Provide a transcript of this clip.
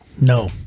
No